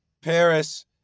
Paris